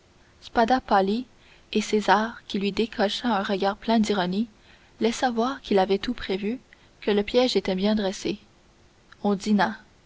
pâlit et césar qui lui décocha un regard plein d'ironie laissa voir qu'il avait tout prévu que le piège était bien dressé on dîna